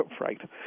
Right